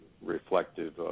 reflective